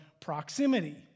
proximity